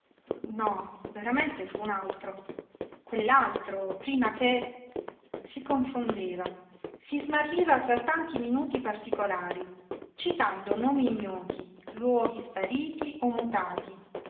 no veramente fu un altro quell'altro prima che si confondeva si smarriva fra tanti minuti particolari citando nomi ignoti luoghi spariti o mutati